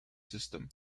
system